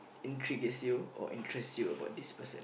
in triggers you or interest you about this person